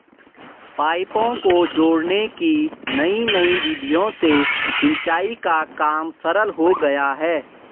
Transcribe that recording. पाइपों को जोड़ने की नयी नयी विधियों से सिंचाई का काम सरल हो गया है